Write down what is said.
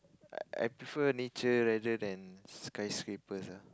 I I prefer nature rather than skyscrapers ah